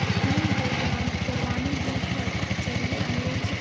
अपनी गुरबान कुर्बानी दी है चलिए अँग्रेजी